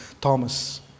Thomas